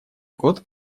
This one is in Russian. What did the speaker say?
год